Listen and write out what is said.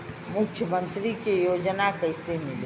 मुख्यमंत्री के योजना कइसे मिली?